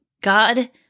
God